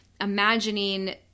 imagining